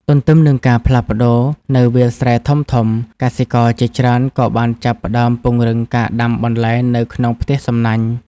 ទន្ទឹមនឹងការផ្លាស់ប្តូរនៅវាលស្រែធំៗ កសិករជាច្រើនក៏បានចាប់ផ្តើមពង្រឹងការដាំបន្លែនៅក្នុងផ្ទះសំណាញ់។